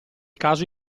caso